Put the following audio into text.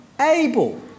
able